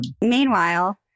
Meanwhile